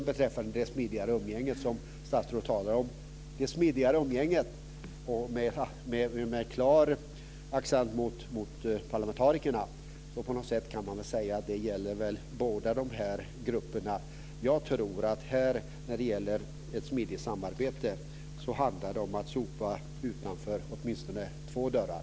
Beträffande det smidiga umgänge som statsrådet talade om, med klar accent på parlamentarikerna, kan man säga att det gäller båda de här grupperna. Jag tror att det i fråga om ett smidigt samarbete handlar det om att sopa utanför åtminstone två dörrar.